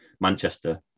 Manchester